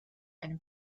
einem